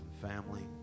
Family